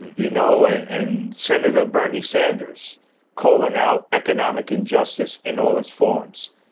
you know, and senator bernie sanders callin' out economic injustice in all its forms.